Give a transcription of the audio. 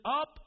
up